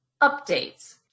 updates